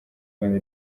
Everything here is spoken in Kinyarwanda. rwanda